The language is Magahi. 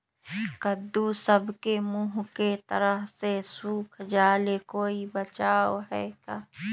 कददु सब के मुँह के तरह से सुख जाले कोई बचाव है का?